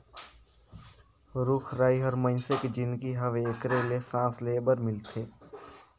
रुख राई हर मइनसे के जीनगी हवे एखरे ले सांस लेहे बर मिलथे